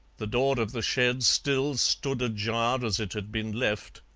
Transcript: the door of the shed still stood ajar as it had been left,